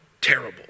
terrible